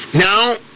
Now